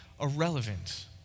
irrelevant